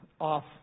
off